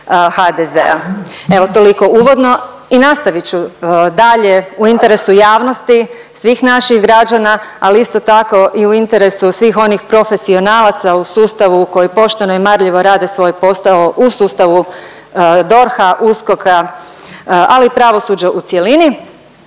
HDZ-a. Evo toliko uvodno i nastavit ću dalje u interesu javnosti, svih naših građana, ali isto tako i u interesu svih onih profesionalaca u sustavu koji pošteno i marljivo rade svoj posao u sustavu DORH-a, USKOK-a, ali i pravosuđa u cjelini.